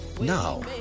Now